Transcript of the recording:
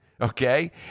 okay